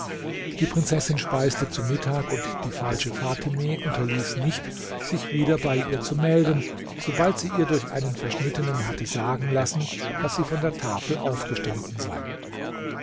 die prinzessin speiste zu mittag und die falsche fatime unterließ nicht sich wieder bei ihr zu melden sobald sie ihr durch einen verschnittenen hatte sagen lassen daß sie von der tafel aufgestanden sei